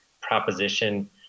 proposition